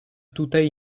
tutaj